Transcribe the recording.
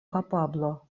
kapablo